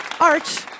Arch